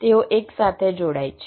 તેઓ એકસાથે જોડાય છે